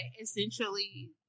essentially